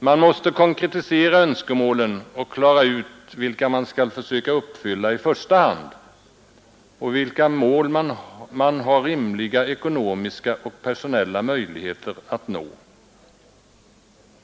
Man måste konkretisera önskemålen och klara ut vilka man skall försöka uppfylla i första hand och vilka mål man har rimliga ekonomiska och personella möjligheter att nå.